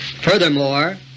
Furthermore